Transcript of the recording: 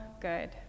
good